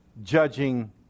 judging